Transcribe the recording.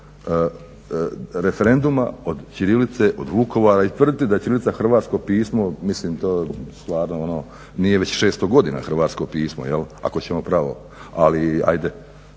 referenduma, od ćirilice, od Vukovara i tvrditi da je ćirilica hrvatsko pismo mislim to stvarno ono nije već 600 godina hrvatsko pismo, ako ćemo pravo, ali ajde